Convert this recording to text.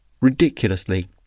Ridiculously